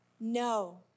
No